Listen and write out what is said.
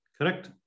correct